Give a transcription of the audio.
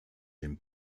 dem